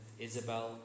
Isabel